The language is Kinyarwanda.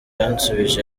yansubije